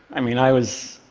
i mean, i was.